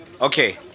Okay